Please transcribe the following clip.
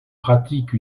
pratique